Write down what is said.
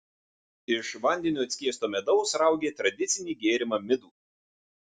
iš vandeniu atskiesto medaus raugė tradicinį gėrimą midų